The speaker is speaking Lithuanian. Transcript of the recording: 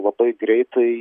labai greitai